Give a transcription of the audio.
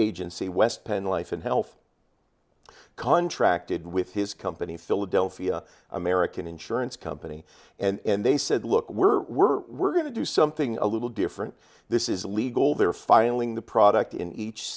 agency west penn life and health contracted with his company philadelphia american insurance company and they said look we're we're we're going to do something a little different this is legal they're filing the product in each